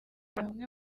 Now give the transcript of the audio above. bamwe